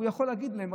הוא יכול להגיד להם,